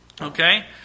Okay